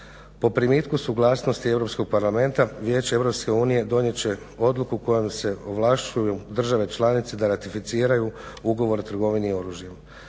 Po primitku suglasnosti Europskog parlamenta, Vijeće EU donijet će odluku kojom se ovlašćuju države članice da ratificiraju ugovor o trgovini oružjem.